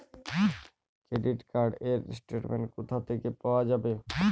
Credit card র statement কোথা থেকে পাওয়া যাবে?